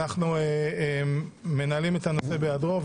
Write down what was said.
אנחנו מנהלים את הנושא בהיעדרו.